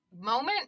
moment